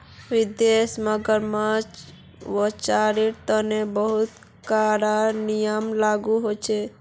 विदेशत मगरमच्छ बचव्वार तने बहुते कारा नियम लागू छेक